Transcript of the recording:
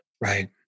Right